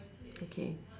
okay